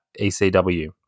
ECW